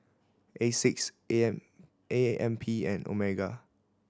Asics A M A M P M Omega